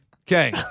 Okay